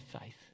faith